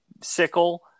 sickle